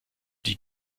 die